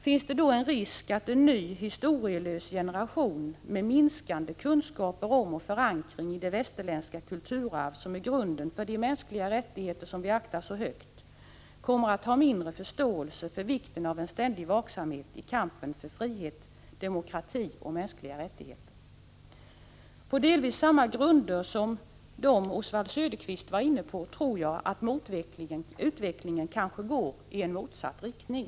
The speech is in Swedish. Finns det en risk att en ny historielös generation med minskande kunskaper om och förankring i det västerländska kulturarv som är grunden för de mänskliga rättigheter som vi aktar så högt kommer att ha mindre förståelse för vikten av en ständig vaksamhet i kampen för frihet, demokrati och mänskliga rättigheter? På delvis samma grunder, som de som Oswald Söderqvist var inne på, tror jag att utvecklingen kanske går i en motsatt riktning.